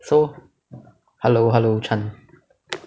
so hello hello chan